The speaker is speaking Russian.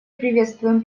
приветствуем